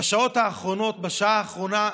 בשעות האחרונות, בשעה האחרונה,